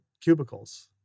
cubicles